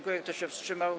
Kto się wstrzymał?